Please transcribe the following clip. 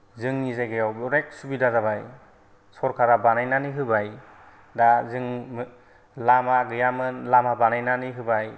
जोंनि जायगायाव अनेख सुबिदा जाबाय सोरखारा बानायनानै होबाय दा जों लामा गैयामोन लामा बानायनानै होबाय